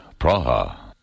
Praha